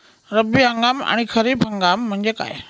रब्बी हंगाम आणि खरीप हंगाम म्हणजे काय?